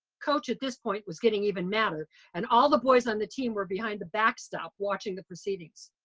coach at this point was getting even madder and all the boys on the team were behind the backstop watching the proceedings.